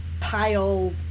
pile